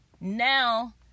now